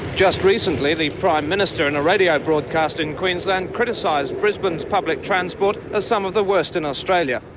just recently, the prime minister in a radio broadcast in queensland criticised brisbane's public transport as some of the worst in australia,